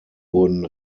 wurden